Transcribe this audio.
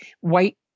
white